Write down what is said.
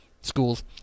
schools